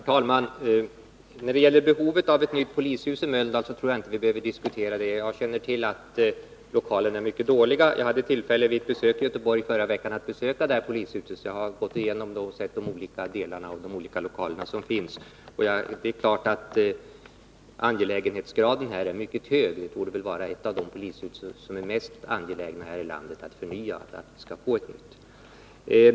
Herr talman! Behovet av ett nytt polishus i Mölndal tror jag inte vi behöver diskutera. Jag känner till att lokalerna är mycket dåliga. Vid ett besök i Göteborg i förra veckan hade jag tillfälle att bese det här polishuset, och jag har gått igenom de olika lokaler som finns där. Det är klart att angelägenhetsgraden här är mycket hög. Det torde väl vara ett av de polishus som det är mest angeläget att byta ut mot ett nytt.